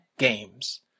games